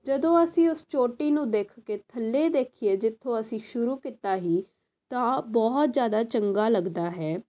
ਜਦੋਂ ਅਸੀਂ ਉਸ ਚੋਟੀ ਨੂੰ ਦੇਖ ਕੇ ਥੱਲੇ ਦੇਖੀਏ ਜਿੱਥੋਂ ਅਸੀਂ ਸ਼ੁਰੂ ਕੀਤਾ ਸੀ ਤਾਂ ਬਹੁਤ ਜ਼ਿਆਦਾ ਚੰਗਾ ਲੱਗਦਾ ਹੈ